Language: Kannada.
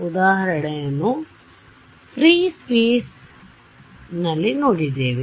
ಉದಾಹರಣೆಯನ್ನು ಮುಕ್ತ ಸ್ಥಳದೊಂದಿಗೆ ನೋಡಿದ್ದೇವೆ